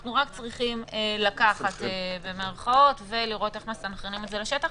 אנחנו רק צריכים לקחת ולראות איך מסנכרנים את זה לשטח.